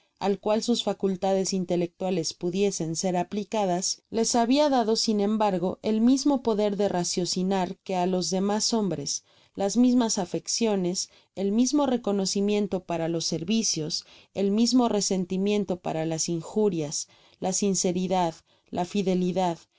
al cual sus facultades intelectuales pudiesen ser aplicadas les habia dado sin embargo el mismo poder de raciocinar que á los demas hombres las mismas afecciones el mismo reconocimiento para los servicios el mismo resentimiento para las injurias la sinceridad la fidelidad